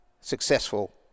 successful